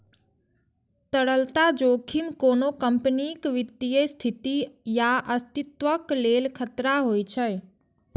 तरलता जोखिम कोनो कंपनीक वित्तीय स्थिति या अस्तित्वक लेल खतरा होइ छै